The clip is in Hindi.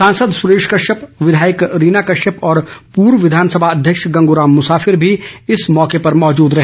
सांसद सुरेश कश्यप विधायक रीना कश्यप और पूर्व विधानसभा अध्यक्ष गंगूराम मुसाफिर भी इस मौके पर मौजूद रहे